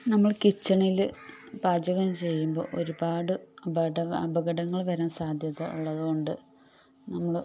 നമ്മൾ കിച്ചണിൽ പാചകം ചെയ്യുമ്പോൾ ഒരുപാട് അപകടങ്ങൾ വരാൻ സാധ്യത ഉള്ളതുകൊണ്ട് നമ്മൾ